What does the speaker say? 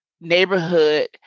neighborhood